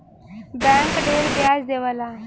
bank ढेर ब्याज देवला